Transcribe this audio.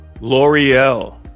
L'Oreal